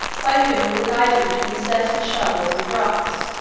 by whom we were guided between certain shoals and rocks,